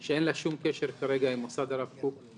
שאין לה שום קשר כרגע עם מוסד הרב קוק?